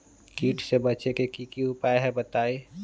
कीट से बचे के की उपाय हैं बताई?